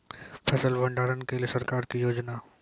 फसल भंडारण के लिए सरकार की योजना?